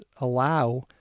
allow